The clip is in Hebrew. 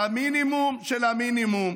את המינימום של המינימום,